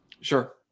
Sure